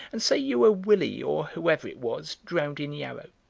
and say you were willie, or whoever it was, drowned in yarrow.